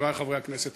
חברי חברי הכנסת,